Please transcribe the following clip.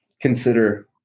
consider